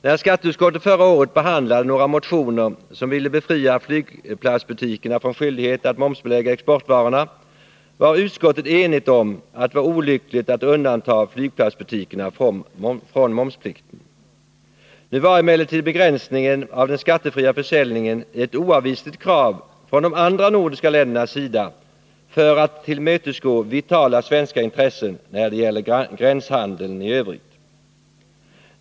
När skatteutskottet förra året behandlade några motioner om att befria flygplatsbutikerna från skyldighet att momsbelägga exportvarorna var utskottet enigt om att det var olyckligt att undanta flygplatsbutikerna från momsplikten. Nu var emellertid begränsningen av den skattefria försäljningen ett oavvisligt krav från de andra nordiska ländernas sida för att de skulle tillmötesgå vitala svenska intressen när det gäller gränshandeln i övrigt.